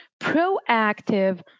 proactive